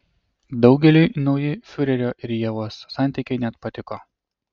daugeliui nauji fiurerio ir ievos santykiai net patiko